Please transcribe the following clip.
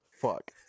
Fuck